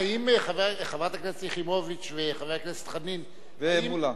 האם חברת הכנסת יחימוביץ וחבר הכנסת חנין, ומולה.